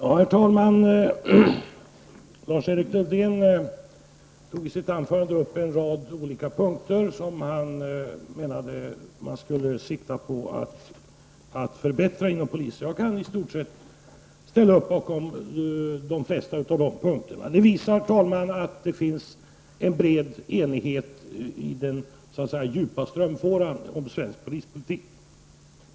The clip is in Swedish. Herr talman! Lars-Erik Lövdén tog i sitt anförande upp en rad olika punkter som han menade att man skulle försöka förbättra inom polisen. Jag kan ställa mig bakom de flesta av dessa punkter. Det visar sig, herr talman, att det finns en bred enighet i den djupa strömfåran om svensk polispolitik.